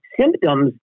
symptoms